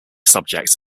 subjects